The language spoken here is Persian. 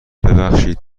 دیر